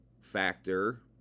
factor